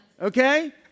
Okay